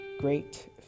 great